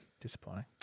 Disappointing